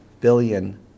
billion